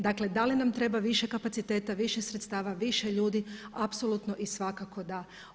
Dakle, da li nam treba više kapaciteta, više sredstava, više ljudi apsolutno i svakako da.